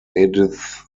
edith